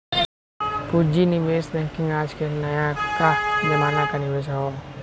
पूँजी निवेश बैंकिंग आज के नयका जमाना क निवेश हौ